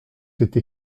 été